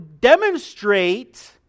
demonstrate